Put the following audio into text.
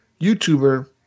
YouTuber